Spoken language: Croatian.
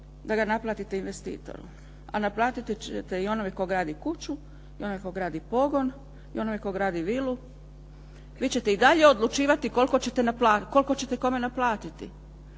da ga naplatite investitoru, a naplatit ćete i onome tko gradi kuću i onome tko gradi pogon i onome tko gradi vilu. Vi ćete i dalje odlučivati koliko ćete kome naplatiti,